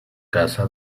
casa